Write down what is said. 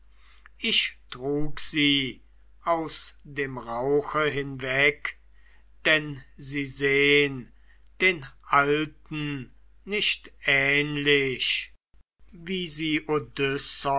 ich trug sie aus dem rauche hinweg denn sie sehn den alten nicht ähnlich wie sie